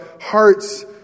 hearts